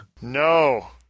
No